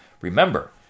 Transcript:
Remember